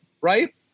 right